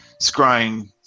scrying